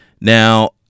Now